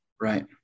Right